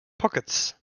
pockets